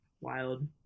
wild